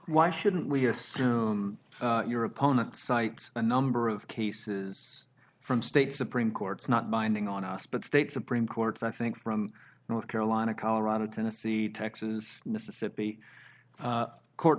why shouldn't we assume your opponent cites a number of cases from state supreme courts not binding on us but state supreme courts i think from north carolina colorado tennessee texas mississippi court